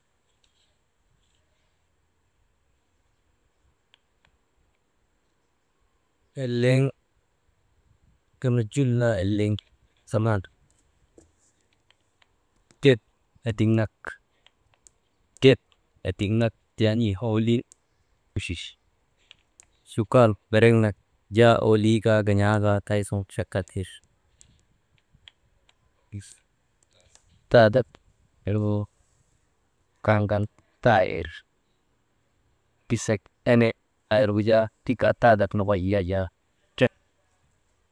Eleŋ irnu jul naa eleŋ, get edik nak, get edik nak jaa n̰ii owolii uchuse, chukal berek nak jaa owolii kaa gan̰aa kaa tay suŋ chakal ir, tadak irgu kaŋ kan ta irkisak enek aa irgu jaa tii kaa tadak nokoy yaa jaa tre.